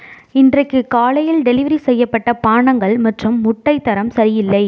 இன்றைக்கு காலையில் டெலிவரி செய்யப்பட்ட பானங்கள் மற்றும் முட்டை தரம் சரியில்லை